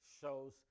shows